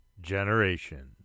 generation